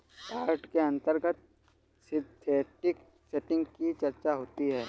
short के अंतर्गत synthetic setting की चर्चा होती है